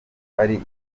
ari